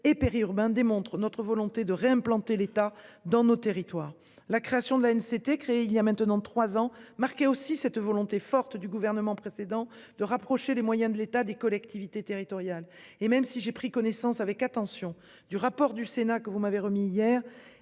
et périurbains démontre notre volonté de réimplanter l'État dans nos territoires, la création de la haine s'était créée il y a maintenant 3 ans marqué aussi cette volonté forte du gouvernement précédent, de rapprocher les moyens de l'État, des collectivités territoriales et même si j'ai pris connaissance avec attention du rapport du Sénat que vous m'avez remis hier